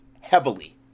heavily